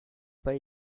pas